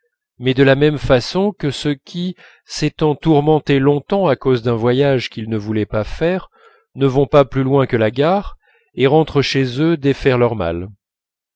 mais de la même façon que ceux qui s'étant tourmentés longtemps à cause d'un voyage qu'ils ne voulaient pas faire ne vont pas plus loin que la gare et rentrent chez eux défaire leur malle